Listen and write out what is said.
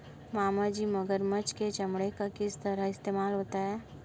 मामाजी मगरमच्छ के चमड़े का किस तरह इस्तेमाल होता है?